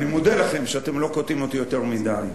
אני מודה לכם שאתם לא קוטעים אותי יותר מדי.